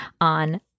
on